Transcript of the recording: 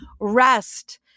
rest